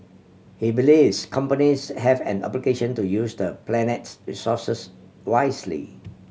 he believes companies have an obligation to use the planet's resources wisely